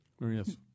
Yes